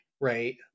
right